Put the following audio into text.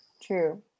true